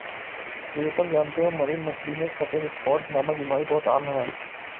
प्रीतम जानते हो मरीन मछली में सफेद स्पॉट नामक बीमारी बहुत आम है